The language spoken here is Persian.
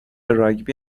راگبی